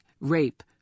rape